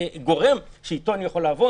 גורם שאיתו אני יכול לעבוד.